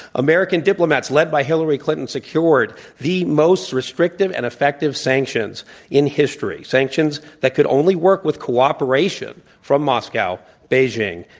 american diplomats, led by hillary clinton, secured the most restrictive and effective sanctions in in history sanctions that could only work with cooperation from moscow, beijing,